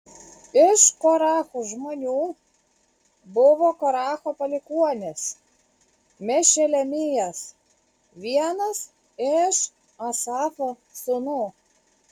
iš korachų žmonių buvo koracho palikuonis mešelemijas vienas iš asafo sūnų